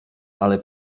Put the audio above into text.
ale